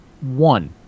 One